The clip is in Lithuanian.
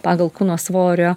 pagal kūno svorio